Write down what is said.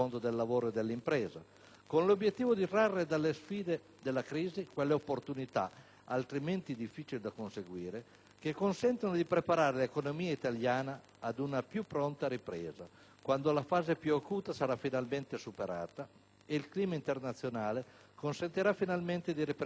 con l'obiettivo di trarre dalle sfide della crisi quelle opportunità, altrimenti difficili da conseguire, che consentano di preparare l'economia italiana a una più pronta ripresa quando la fase più acuta sarà finalmente superata e il clima internazionale consentirà finalmente di riprendere il cammino di sviluppo.